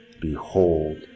behold